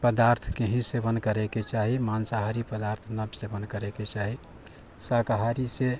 पदार्थके ही सेवन करैके चाही मांसाहारी पदार्थ नहि सेवन करैके चाही शाकाहारी से